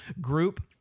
group